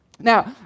Now